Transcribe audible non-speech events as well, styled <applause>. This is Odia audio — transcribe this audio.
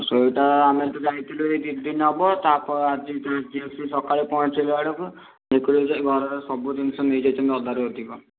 ସେଇଟା ଆମେ ତ ଯାଇଥିଲୁ ଏଇ ଦୁଇ ଦିନ ହେବ ତାପ ଆଜି <unintelligible> ସକାଳେ ପହଞ୍ଚିଲା ବେଳକୁ ଦେଖିଲୁ ଯେ ଘରର ସବୁ ଜିନିଷ ନେଇଯାଇଛନ୍ତି ଅଧାରୁ ଅଧିକ